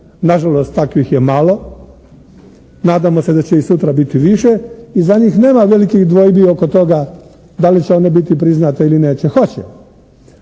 Nažalost, takvih je malo. Nadamo se da će ih sutra biti više i za njih nema velikih dvojbi oko toga da li će one biti priznate ili neće. Hoće.